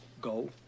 Go